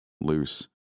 Loose